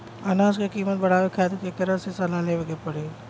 अनाज क कीमत बढ़ावे खातिर केकरा से सलाह लेवे के पड़ी?